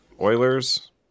Oilers